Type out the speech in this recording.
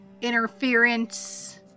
interference